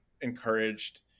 encouraged